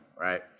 right